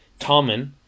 Tommen